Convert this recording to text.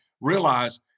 realize